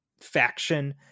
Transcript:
faction